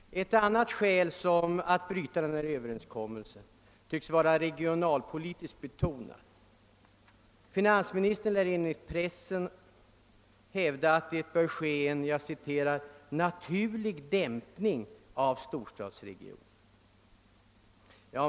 Ett annat skäl för att bryta den träffade överenskommelsen tycks vara regionalpolitiskt betonat. Enligt pressen har finansministern hävdat att det bör ske »en naturlig dämpning av storstadsregionen».